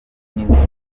n’inzira